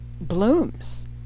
blooms